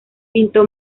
pintó